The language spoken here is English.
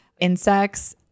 insects